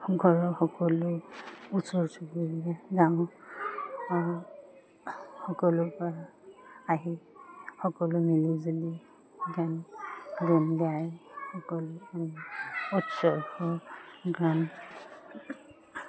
ঘৰৰ সকলো ওচৰ চুবুৰীয়ে গাওঁ সকলো পৰা আহি সকলো মিলিজুলি গান গাই সকলো উৎসৱ গান